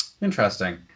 Interesting